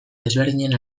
desberdinen